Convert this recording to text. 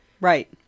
right